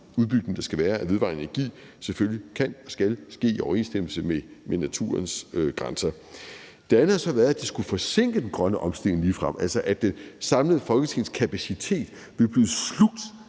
udbygning, der skal være af vedvarende energi, selvfølgelig kan og skal ske i overensstemmelse med naturens grænser. Det andet har så været, at det ligefrem skulle forsinke den grønne omstilling, altså at det samlede Folketings kapacitet ville blive slugt